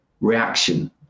reaction